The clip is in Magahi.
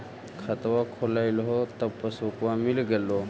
खतवा खोलैलहो तव पसबुकवा मिल गेलो?